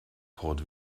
port